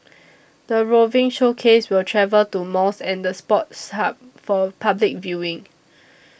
the roving showcase will travel to malls and the Sports Hub for public viewing